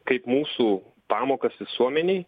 kaip mūsų pamokas visuomenei